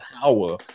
power